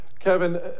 Kevin